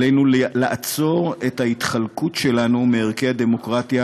עלינו לעצור את ההתחלקות שלנו מערכי הדמוקרטיה,